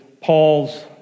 Paul's